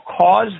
cause